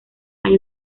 hay